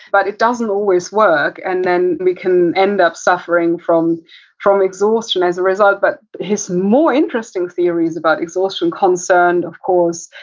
but, it doesn't always work and then, we can end up suffering from from exhaustion as a result. but, his more interesting theories about exhaustion concerned, of course,